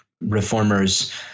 reformers